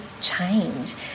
change